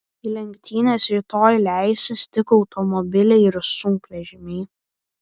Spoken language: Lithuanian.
į lenktynes rytoj leisis tik automobiliai ir sunkvežimiai